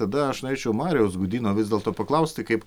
tada aš norėčiau marijaus gudyno vis dėlto paklausti kaip